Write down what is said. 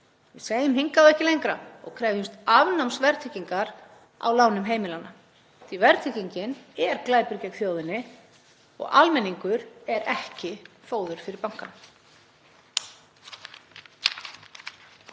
Segjum hingað og ekki lengra og krefjumst afnáms verðtryggingar á lánum heimilanna því verðtryggingin er glæpur gegn þjóðinni og almenningur er ekki fóður fyrir bankana.